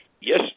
yes